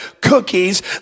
cookies